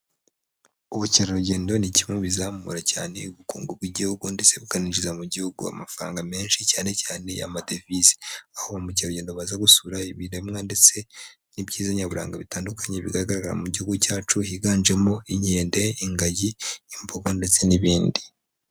Ubukerarugendo ni kimwe bizamura cyane ubukungu bw'igihugu ndetse bukaninjiza mu gihugu amafaranga menshi cyane cyane y'amadovize, aho ba mukeragendo baza gusura ibiremwa ndetse n'ibyiza nyaburanga bitandukanye bigaragara mu gihugu cyacu higanjemo inkende, ingagi, imbogo ndetse n'ibindi.